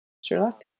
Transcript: Sherlock